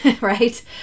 right